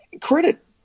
Credit